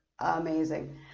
amazing